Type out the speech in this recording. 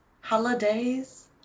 Holidays